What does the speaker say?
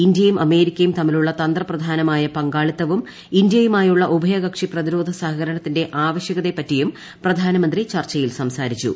ഇന്ത്യയും അമേരിക്കയും തമ്മിലുള്ള തന്ത്രപരമായ പങ്കാളിത്തവും ഇന്ത്യയുമായുള്ള ഉഭയകക്ഷി പ്രതിരോധ സഹകരണത്തിന്റെ ആവശ്യകതയെപ്പറ്റിയും പ്രധാനമന്ത്രി ചർച്ചയിൽ സംസാരിച്ചു